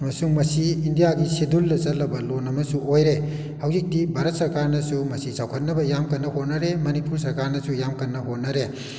ꯑꯃꯁꯨꯡ ꯃꯁꯤ ꯏꯟꯗꯤꯌꯥꯒꯤ ꯁꯦꯗꯨꯜꯗ ꯆꯜꯂꯕ ꯂꯣꯟ ꯑꯃꯁꯨ ꯑꯣꯏꯔꯦ ꯍꯧꯖꯤꯛꯇꯤ ꯚꯥꯔꯠ ꯁꯔꯀꯥꯔꯅꯁꯨ ꯃꯁꯤ ꯆꯥꯎꯈꯠꯅꯕ ꯌꯥꯝ ꯀꯟꯅ ꯍꯣꯠꯅꯔꯦ ꯃꯅꯤꯄꯨꯔ ꯁꯔꯀꯥꯔꯅꯁꯨ ꯌꯥꯝ ꯀꯟꯅ ꯍꯣꯠꯅꯔꯦ